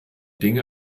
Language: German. dinge